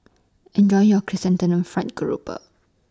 Enjoy your Chrysanthemum Fried Grouper